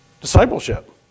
discipleship